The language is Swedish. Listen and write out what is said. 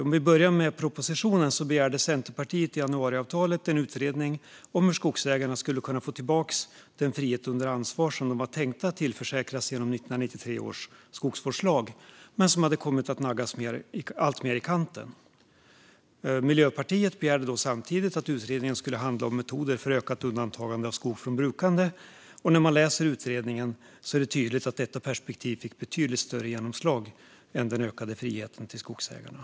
För att börja med propositionen begärde Centerpartiet i januariavtalet en utredning om hur skogsägarna skulle kunna få tillbaka den frihet under ansvar som de var tänkta att tillförsäkras genom 1993 års skogsvårdslag men som hade kommit att naggas alltmer i kanten. Miljöpartiet begärde samtidigt att utredningen skulle handla om metoder för ökat undantagande av skog från brukande. När man läser utredningen är det tydligt att detta perspektiv fick betydligt större genomslag än den ökade friheten till skogsägarna.